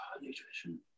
nutrition